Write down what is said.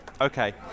Okay